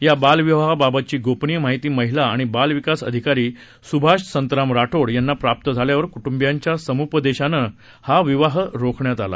या बालविवाहाबाबतची गोपनीय माहिती महिला आणि बाल विकास अधिकारी सुभाष संतराम राठोड यांना प्राप्त झाल्यावर कुटुंबियांच्या समुपदेशनानं हा विवाह रोखण्यात यश आलं